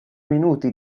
minuti